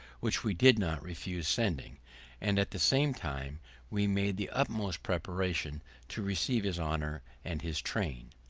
which we did not refuse sending and at the same time we made the utmost preparation to receive his honour and his train.